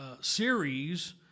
series